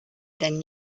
than